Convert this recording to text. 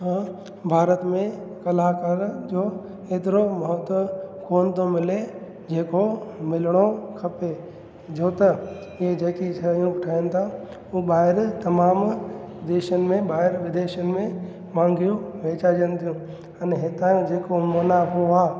हा भारत में कलाकार जो हेतिरो महत्वु कोन थो मिले जेको मिलिणो खपे छोत इहे जेकि शयूं ठाहिनि था उहो ॿाहिरि तमामु देशनि में ॿाहिरि विदेशनि में मांगियूं वेचाइजनि थियूं अने हितां जो जेको मुनाफ़ो आहे